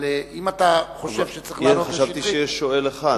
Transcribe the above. אם אתה חושב שצריך לענות, חשבתי שיש שואל אחד.